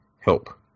help